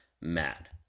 mad